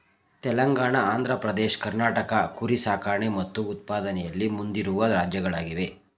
ತೆಲಂಗಾಣ ಆಂಧ್ರ ಪ್ರದೇಶ್ ಕರ್ನಾಟಕ ಕುರಿ ಸಾಕಣೆ ಮತ್ತು ಉತ್ಪಾದನೆಯಲ್ಲಿ ಮುಂದಿರುವ ರಾಜ್ಯಗಳಾಗಿವೆ